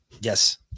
yes